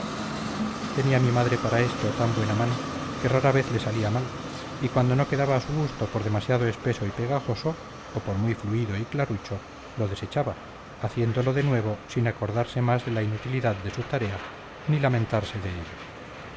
tenía mi madre para esto tan buena mano que rara vez le salía mal y cuando no quedaba a su gusto por demasiado espeso y pegajoso o por muy fluido y clarucho lo desechaba haciéndolo de nuevo sin acordarse más de la inutilidad de su tarea ni lamentarse de ello